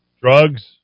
Drugs